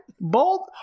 Bold